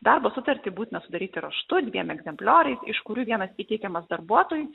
darbo sutartį būtina sudaryti raštu dviem egzemplioriais iš kurių vienas įteikiamas darbuotojui